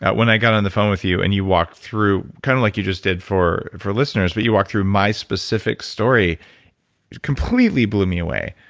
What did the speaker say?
but when i got on the phone with you and you walked through. kind of like you just did for for listeners, but you walked through my specific story, it completely blew me away.